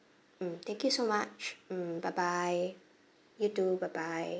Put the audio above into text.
mm thank you so much mm bye bye you too bye bye